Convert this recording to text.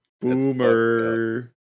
boomer